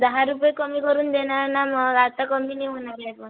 दहा रुपये कमी करून देणार ना मग आता कमी नाही होणार आहे पण